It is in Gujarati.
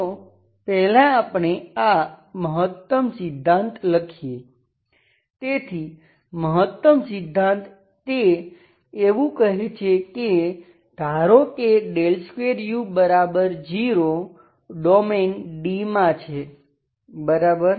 તો પહેલા આપણે આ મહત્તમ સિદ્ધાંત લખીએ તેથી મહત્તમ સિદ્ધાંત તે એવું કહે છે કે ધારો કે 2u0 ડોમેઈન D માં છે બરાબર